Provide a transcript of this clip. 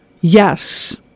Yes